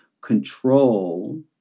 control